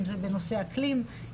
אם זה בנושא אקלים,